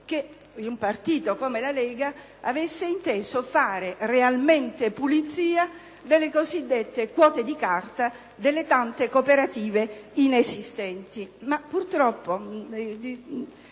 un decreto del genere, avrebbe inteso fare veramente pulizia delle cosiddette quote di carta delle tante cooperative inesistenti.